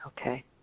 Okay